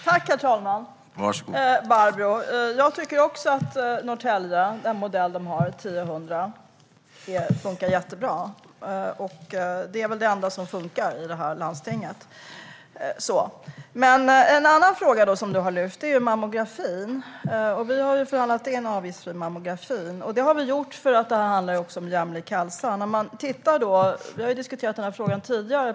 Herr talman! Barbro! Jag tycker också att den modell Norrtälje har, Tiohundra, funkar jättebra. Det är väl det enda som funkar i det här landstinget. En annan fråga som du har lyft gäller mammografin. Vi har förhandlat fram avgiftsfri mammografi. Det har vi gjort eftersom det handlar om en jämlik hälsa. Vi har diskuterat den frågan tidigare.